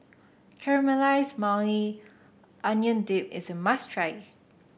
Caramelize Maui Onion Dip is a must try